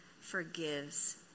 forgives